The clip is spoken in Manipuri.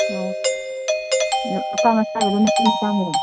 ꯑꯣ ꯅꯨꯄꯥ ꯃꯆꯥꯒꯤꯔꯣ ꯃꯅꯨꯄꯤ ꯃꯆꯥꯒꯤꯔꯣ